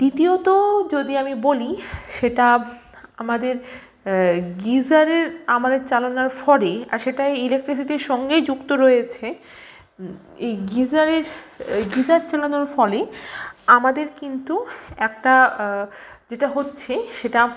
দ্বিতীয়ত যদি আমি বলি সেটা আমাদের গিজারের আমাদের চালানোর ফরে আর সেটা ইলেকট্রিসিটির সঙ্গেই যুক্ত রয়েছে এই গিজারের গিজার চালানোর ফলে আমাদের কিন্তু একটা যেটা হচ্ছে সেটা